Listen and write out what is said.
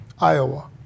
Iowa